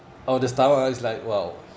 of the stomach ah is like !wow!